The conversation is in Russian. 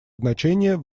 значение